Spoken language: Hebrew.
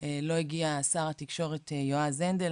לא הגיע שר התקשורת יועז הנדל.